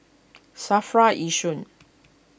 Safra Yishun